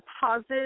deposit